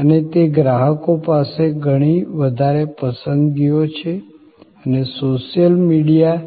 અને તે ગ્રાહકો પાસે ઘણી વધારે પસંદગીઓ છે અને સોશિયલ મીડિયા